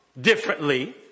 differently